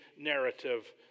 narrative